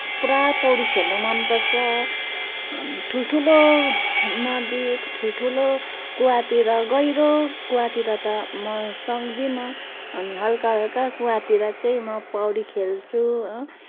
पुरा पौडी खेल्न मनपर्छ अनि ठुलठुलो नदी ठुलठुलो कुवातिर गहिरो कुवातिर त म सक्दिन अनि हल्काहल्का कुवातिर चाहिँ म पौडी खेल्छु हो